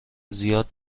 زیاد